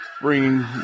bringing